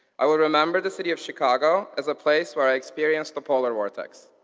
i will remember the city of chicago as a place where i experienced the polar vortex.